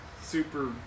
super